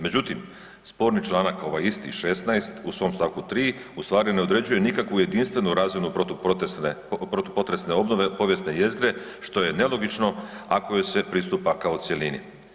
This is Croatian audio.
Međutim, sporni članak ovaj isti 16. u svom st. 3. ustvari ne određuje nikakvu jedinstvenu … protupotresne obnove povijesne jezgre što je nelogično ako joj se pristupa kao cjelini.